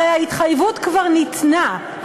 הרי ההתחייבות כבר ניתנה,